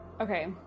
okay